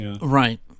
Right